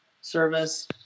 service